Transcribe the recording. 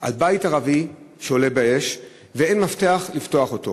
על בית ערבי שעולה באש ואין מפתח לפתוח אותו.